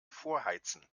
vorheizen